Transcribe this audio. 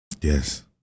Yes